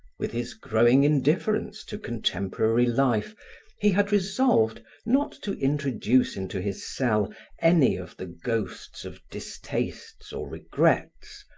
with his growing indifference to contemporary life he had resolved not to introduce into his cell any of the ghosts of distastes or regrets,